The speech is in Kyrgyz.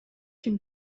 ким